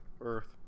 Earth